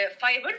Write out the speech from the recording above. Fiber